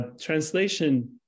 Translation